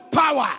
power